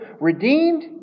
redeemed